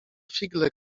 figle